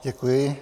Děkuji.